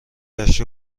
گشت